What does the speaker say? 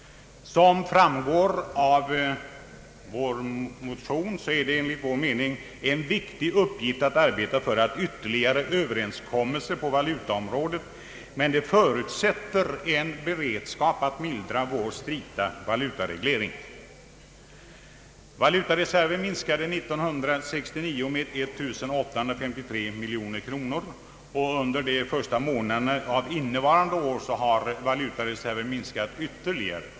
Som framgår av motionen är det enligt vår mening en viktig uppgift att arbeta för ytterligare överenskommelser på valutaområdet, men det förutsätter en beredskap att mildra vår strikta valutareglering. Valutareserven minskade 1969 med 1853 miljoner kronor, och under de första månaderna av innevarande år har valutareserven minskat ytterligare.